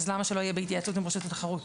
למה שלא יהיה בהתייעצות עם רשות התחרות?